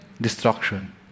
destruction